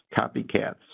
copycats